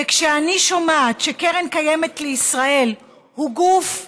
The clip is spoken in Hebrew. וכשאני שומעת שקרן קיימת לישראל היא גוף גזעני,